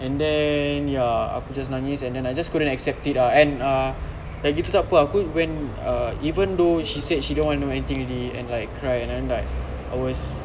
and then ya aku just nangis and I just couldn't accept it ah and ah dah gitu takpe aku when uh even though she said she don't want know anything already and like cry and I'm like I was